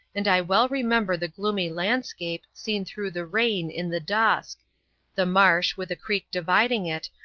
and i well remember the gloomy landscape, seen through the rain, in the dusk the marsh, with the creek dividing it,